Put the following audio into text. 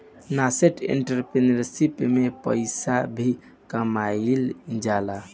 nascent entrepreneurship में पइसा भी कामयिल जाला